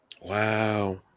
Wow